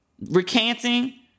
recanting